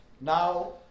Now